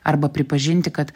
arba pripažinti kad